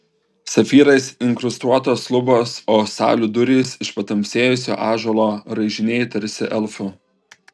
safyrais inkrustuotos lubos o salių durys iš patamsėjusio ąžuolo raižiniai tarsi elfų